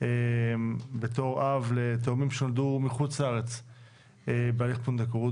בתור אב לתאומים שנולדו מחוץ לארץ בהליך פונדקאות,